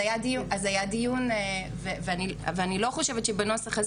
היה דיון אז ואני לא חושבת שבנוסח הזה